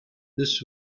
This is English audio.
this